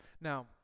Now